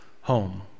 home